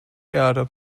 erde